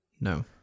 No